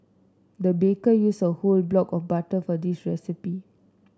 the baker used a whole block of butter for this recipe